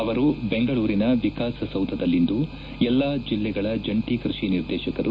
ಅವರು ಬೆಂಗಳೂರಿನ ವಿಕಾಸಸೌಧದಲ್ಲಿಂದು ಎಲ್ಲಾ ಜಲ್ಲೆಗಳ ಜಂಟಿ ಕೈಷಿ ನಿರ್ದೇಶಕರು